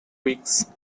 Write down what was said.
weeks